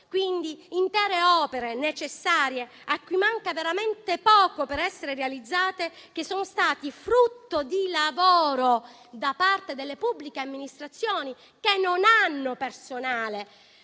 Intere opere necessarie, a cui manca veramente poco per essere realizzate, che sono state frutto di lavoro da parte delle pubbliche amministrazioni, che non hanno personale